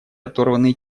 оторванные